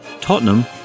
Tottenham